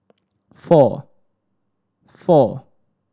four four